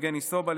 יבגני סובה,